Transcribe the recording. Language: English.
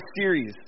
series